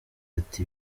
ati